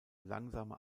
langsame